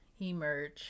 emerge